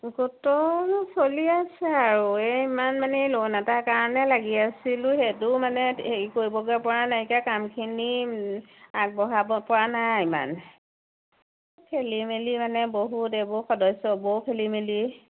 গোটৰ চলি আছে আৰু এই ইমান মানে ল'ন এটা কাৰণে লাগি আছিলোঁ সেইটো মানে হেৰি কৰিব পৰা নাইকিয়া কামখিনি আগবঢ়াব পৰা নাই ইমান খেলিমেলি মানে বহুত এইবোৰ সদস্যবোৰ খেলিমেলি